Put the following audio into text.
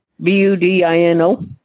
B-U-D-I-N-O